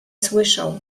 słyszał